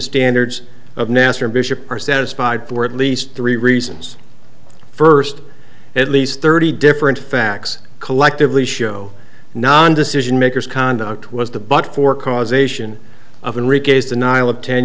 standards of nasser bishop are satisfied for at least three reasons first at least thirty different facts collectively show non decision makers conduct was the but for causation